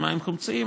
של מים חומציים,